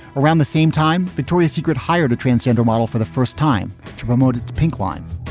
around the same time, victoria's secret hired a transgender model for the first time to promote its pink line.